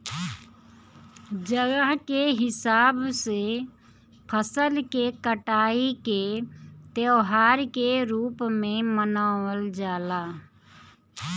जगह के हिसाब से फसल के कटाई के त्यौहार के रूप में मनावल जला